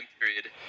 period